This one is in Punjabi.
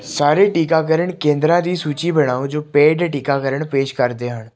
ਸਾਰੇ ਟੀਕਾਕਰਨ ਕੇਂਦਰਾਂ ਦੀ ਸੂਚੀ ਬਣਾਓ ਜੋ ਪੇਡ ਟੀਕਾਕਰਨ ਪੇਸ਼ ਕਰਦੇ ਹਨ